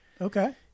Okay